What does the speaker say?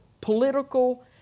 political